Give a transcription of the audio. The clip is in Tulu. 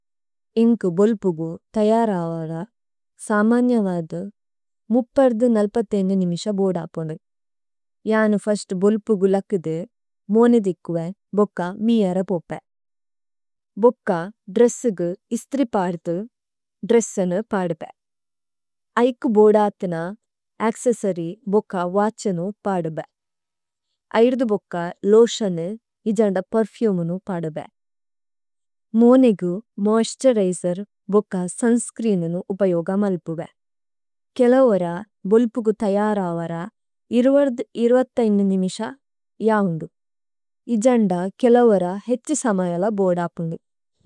ഏന്കു ബോല്പുഗു ഥയരവദ സമന്യനദു മുപ്പര്ധു നല്പതേഇനു നിമിശ ബോദപോനു। ജനു ഫസ്തു ബോല്പുഗു ലകുദു മോനേദികുവേ ബോക്ക മിയര പോപ്പേ। ഭോക്ക ദ്രേസുഗു ഇസ്ത്രി പദുദു ദ്രേസേനു പദുബേ। ഐകു ബോദതിന അക്സേസരി ബോക്ക വഛേനു പദുബേ। ഐരുദു ബോക്ക ലോസേനു ഇജന്ദ പര്ഫിഉമുനു പദുബേ। മോനേദികു മോഇസ്തുരിജേര് ബോക്ക സുന്സ്ച്രീനുനു ഉപയോഗമല്പുവേ। കേലവര ബോല്പുഗു ഥയരവര ഇരുവര്ധു ഇരുവത്തൈനു നിമിശ ജാഹുന്ദു। ഇജന്ദ കേലവര ഹേതി സമയല ബോദപോനു।